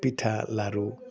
পিঠা লাৰু